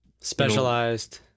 specialized